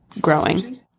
growing